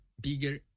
bigger